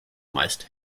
meist